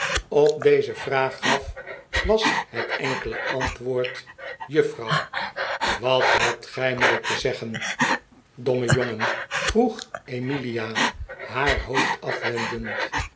op deze vraag gaf was het enkele woord juffrouw wat hebt gij mij te zeggen domme jongen vroeg emilia haar hoofd afwendend